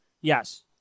Yes